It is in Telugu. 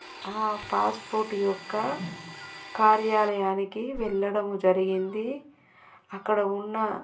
ఆ పాస్పోర్ట్ యొక్క కార్యాలయానికి వెళ్ళడం జరిగింది అక్కడ ఉన్న